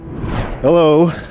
Hello